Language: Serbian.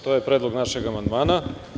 To je Predlog našeg amandmana.